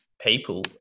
people